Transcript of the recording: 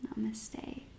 Namaste